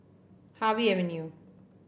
Harvey Avenue